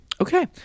Okay